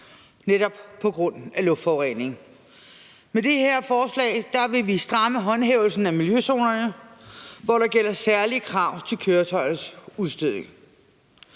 grund af luftforurening, og med det her forslag vil vi stramme håndhævelsen af miljøzonerne, hvor der gælder særlige krav til køretøjers udstødning.